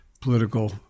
political